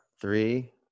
three